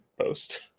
post